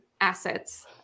assets